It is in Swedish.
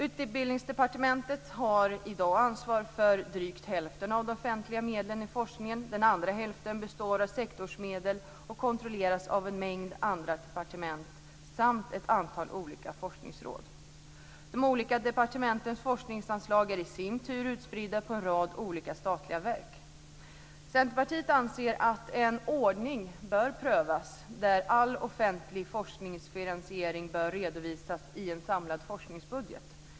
Utbildningsdepartementet ansvarar i dag för drygt hälften av de offentliga medlen till forskningen. Den andra hälften består av sektorsmedel och kontrolleras av en mängd andra departement samt ett antal olika forskningsråd. De olika departementens forskningsanslag är i sin tur utspridda på en rad olika statliga verk. Centerpartiet anser att en ordning bör prövas där all offentlig forskningsfinansiering bör redovisas i en samlad forskningsbudget.